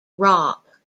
rock